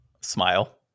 Smile